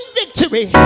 victory